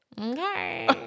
okay